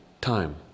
time